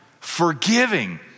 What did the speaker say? forgiving